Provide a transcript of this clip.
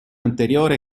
anteriore